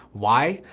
why?